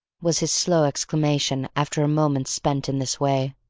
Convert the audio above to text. was his slow exclamation after a moment spent in this way.